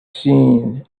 seen